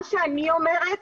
מה שאני אומרת,